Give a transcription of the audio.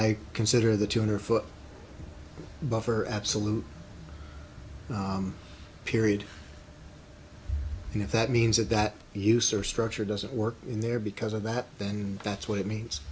i consider the tuner foot buffer absolute period and if that means that that use or structure doesn't work in there because of that then that's what it means